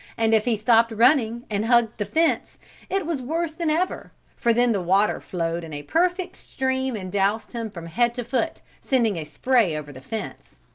and if he stopped running and hugged the fence it was worse than ever for then the water flowed in a perfect stream and doused him from head to foot, sending a spray over the fence.